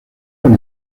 con